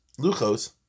Luchos